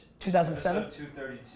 2007